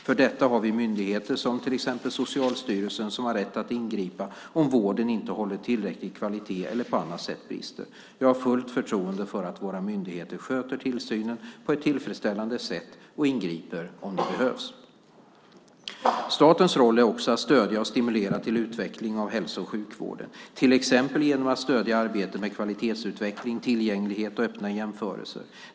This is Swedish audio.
För detta har vi myndigheter som Socialstyrelsen, som har rätt att ingripa om vården inte håller tillräcklig kvalitet eller på annat sätt brister. Jag har fullt förtroende för att våra myndigheter sköter tillsynen på ett tillfredsställande sätt och ingriper om det behövs. Statens roll är också att stödja och stimulera till utveckling av hälso och sjukvården. Till exempel genom att stödja arbetet med kvalitetsutveckling, tillgänglighet och öppna jämförelser.